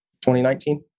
2019